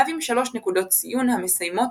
מהווים שלוש נקודות ציון המסיימות